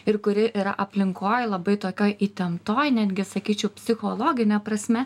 ir kuri yra aplinkoj labai tokioj įtemptoj netgi sakyčiau psichologine prasme